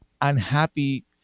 unhappy